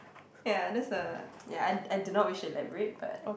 ya that's a ya I I do not wish to elaborate but